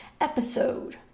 episode